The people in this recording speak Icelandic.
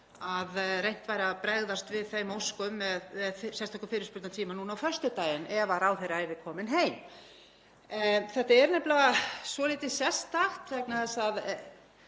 að reynt væri að bregðast við þeim óskum með sérstökum fyrirspurnatíma núna á föstudaginn ef ráðherra yrði kominn heim. Þetta er nefnilega svolítið sérstakt vegna þess að